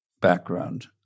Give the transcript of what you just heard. background